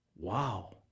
Wow